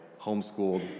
homeschooled